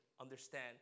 understand